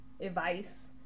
advice